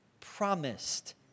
promised